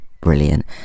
brilliant